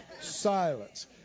silence